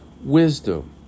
wisdom